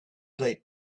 date